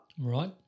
Right